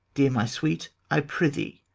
dear my sweet, i prithee.